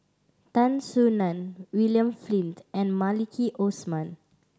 Tan Soo Nan William Flint and Maliki Osman